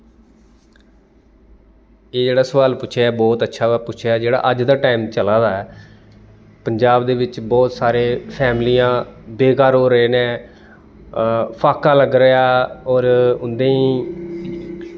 एह् जेह्ड़ा सोआल पुच्छेआ ऐ बौह्त अच्छा पुच्छआ ऐ जेह्ड़ा अज्ज दा टाईम चला दा ऐ पंजाब दे बिच्च बौह्त सारे फैमलियां बेकार हो रेह् न फाका लग्गा रेहा होर उ'नेंई